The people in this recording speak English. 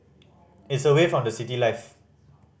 it's away from the city life